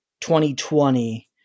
2020